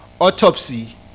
Autopsy